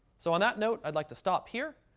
so, on that note, i'd like to stop here.